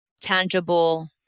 tangible